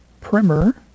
primer